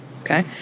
okay